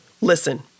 Listen